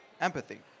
empathy